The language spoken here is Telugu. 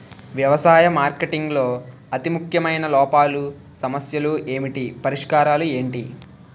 వ్యవసాయ మార్కెటింగ్ లో అతి ముఖ్యమైన లోపాలు సమస్యలు ఏమిటి పరిష్కారాలు ఏంటి?